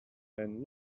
when